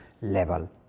level